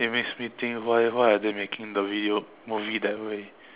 it makes me think why why are they making the video movie that way